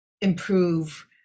improve